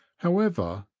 however,